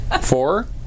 Four